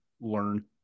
learn